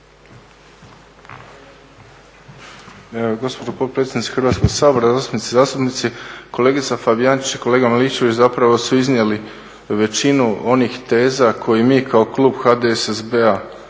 Gospođo potpredsjednice Hrvatskog sabora, zastupnice i zastupnici. Kolegica Fabijančić i kolega Miličević su zapravo iznijeli većinu onih teza koje mi kao klub HDSSB-a također